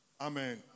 Amen